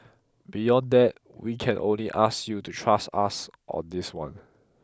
beyond that we can only ask you to trust us on this one